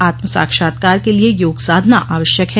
आत्म साक्षात्कार के लिए योग साधना आवश्यक है